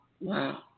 wow